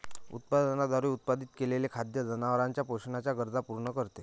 उत्पादनाद्वारे उत्पादित केलेले खाद्य जनावरांच्या पोषणाच्या गरजा पूर्ण करते